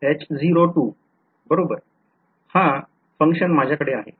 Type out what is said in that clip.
H0 बरोबर हा function माझ्याकडे आहे